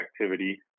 activity